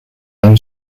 own